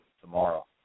Tomorrow